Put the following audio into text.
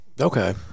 okay